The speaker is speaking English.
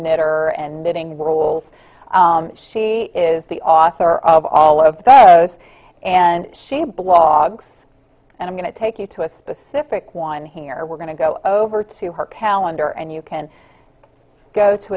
knitter and knitting rules she is the author of all of those and she blogs and i'm going to take you to a specific one here we're going to go over to her calendar and you can go to